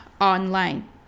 online